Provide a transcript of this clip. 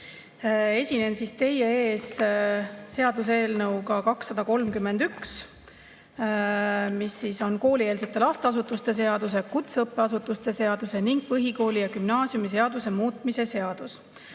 Esinen teie ees seaduseelnõuga 231, mis on koolieelse lasteasutuse seaduse, kutseõppeasutuse seaduse ning põhikooli‑ ja gümnaasiumiseaduse muutmise seaduse